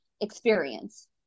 experience